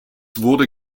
wurde